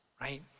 right